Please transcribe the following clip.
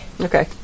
Okay